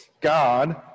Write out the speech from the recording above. God